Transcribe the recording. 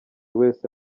wese